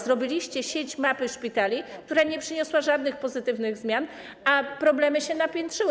Zrobiliście sieć mapy szpitali, która nie przyniosła żadnych pozytywnych zmian, a problemy się napiętrzyły.